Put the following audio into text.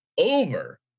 over